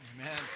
Amen